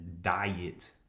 diet